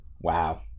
Wow